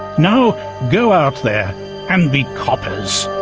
now go out there and be coppers.